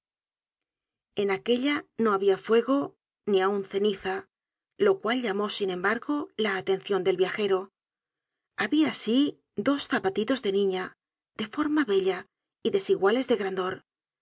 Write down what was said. en aquella no habia fuego ni aun ceniza lo cual llamó sin embargo la atencion del viajero habia sí dos zapatitos de niña de forma bella y desiguales en grandor